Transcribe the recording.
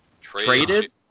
Traded